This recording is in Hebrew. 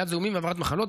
מניעת זיהומים והעברת מחלות,